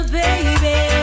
baby